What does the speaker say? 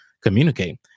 communicate